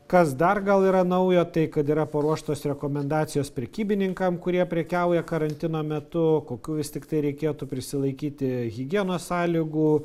kas dar gal yra nauja tai kad yra paruoštos rekomendacijos prekybininkam kurie prekiauja karantino metu kokių vis tiktai reikėtų prisilaikyti higienos sąlygų